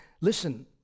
listen